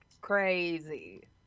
crazy